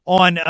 on